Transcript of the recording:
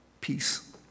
Peace